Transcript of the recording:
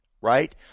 right